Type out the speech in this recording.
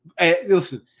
Listen